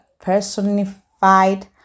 personified